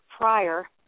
prior